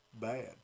bad